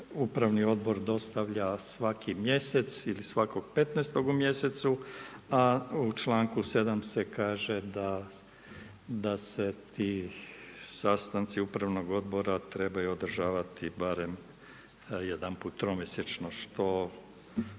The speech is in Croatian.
upravni odbor dostavlja svaki mjesec, ili svakog 15. u mjesecu, a u čl. 7. se kaže da se ti sastanci upravnog odbora trebaju održavati barem jedanput tromjesečno, što